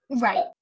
Right